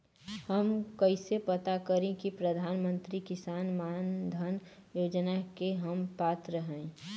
हम कइसे पता करी कि प्रधान मंत्री किसान मानधन योजना के हम पात्र हई?